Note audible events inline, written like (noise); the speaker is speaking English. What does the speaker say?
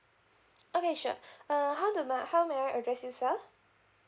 okay sure (breath) uh how do my how may I address you sir